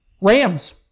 Rams